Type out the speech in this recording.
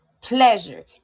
pleasure